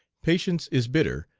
patience is bitter,